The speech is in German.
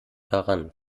daran